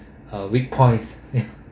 uh weak points